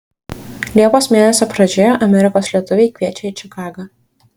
liepos mėnesio pradžioje amerikos lietuviai kviečia į čikagą